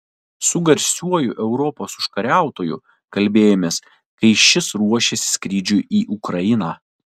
su garsiuoju europos užkariautoju kalbėjomės kai šis ruošėsi skrydžiui į ukrainą